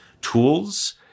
tools